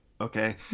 Okay